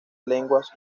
lenguas